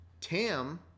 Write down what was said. Tam